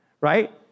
right